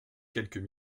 quelques